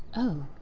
oh!